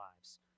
lives